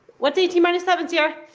what's eighteen minus seven sierra?